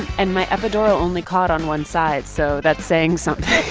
and my epidural only caught on one side, so that's saying something